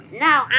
No